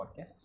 podcast